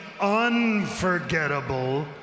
unforgettable